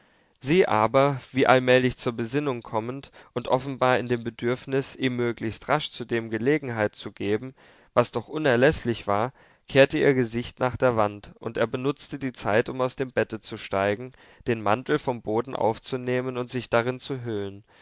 sie aber wie allmählich zur besinnung kommend und offenbar in dem bedürfnis ihm möglichst rasch zu dem gelegenheit zu geben was doch unerläßlich war kehrte ihr gesicht nach der wand und er benutzte die zeit um aus dem bette zu steigen den mantel vom boden aufzunehmen und sich darein zu hüllen